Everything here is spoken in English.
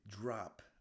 drop